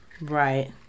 Right